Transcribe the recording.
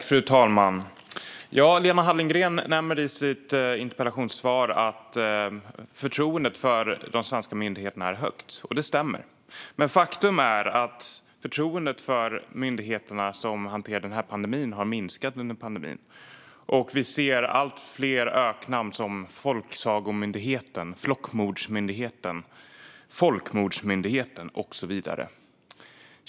Fru talman! Lena Hallengren nämner i sitt interpellationssvar att förtroendet för de svenska myndigheterna är högt. Det stämmer, men faktum är att förtroendet för de myndigheter som hanterar pandemin har minskat under pandemin. Vi ser allt fler öknamn som folksagomyndigheten, flockmordsmyndigheten, folkmordsmyndigheten och så vidare.